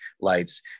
lights